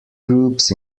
groups